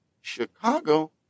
Chicago